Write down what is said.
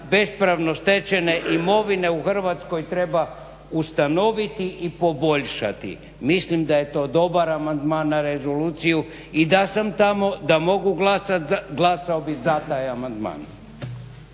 bespravno stečene imovine u Hrvatskoj treba ustanoviti i poboljšati. Mislim da je to dobar amandman na rezoluciju i da sam tamo da mogu glasati za glasao bih za taj amandman.